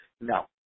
no